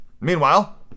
Meanwhile